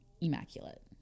Immaculate